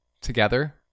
together